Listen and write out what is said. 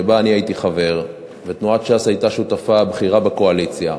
שבה אני הייתי חבר ותנועת ש"ס הייתה שותפה בכירה בקואליציה,